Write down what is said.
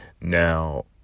Now